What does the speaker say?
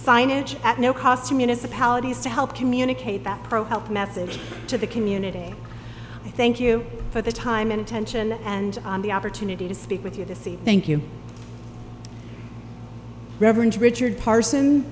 signage at no cost to municipalities to help communicate that pro help message to the community i thank you for the time and attention and the opportunity to speak with you to see thank you reverend richard parson